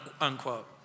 unquote